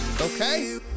okay